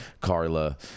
carla